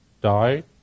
died